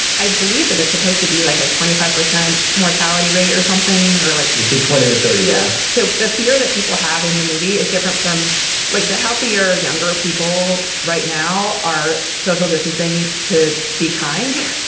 i believe that that's supposed to be like a twenty five percent mortality rate or something or like they say twenty to thirty. yeah. so the fear that people had in the movie is different from like the healthier younger people right now are social distancing to be kind.